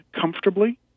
comfortably